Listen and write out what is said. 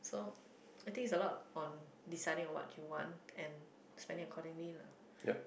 so I think it's a lot on deciding what you want and spending accordingly lah